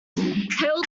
hail